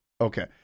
Okay